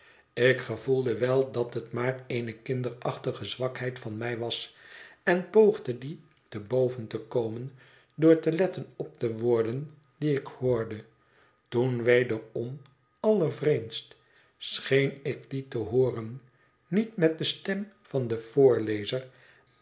ik gevoelde wel dat het maar eene kinderachtige zwakheid van mij was en poogde die te boven te komen door te letten op de woorden die ik hoorde toen wederom allervreemdst scheen ik die te hooren niet met de stem van den voorlezer